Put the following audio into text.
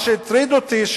מה שהטריד אותי,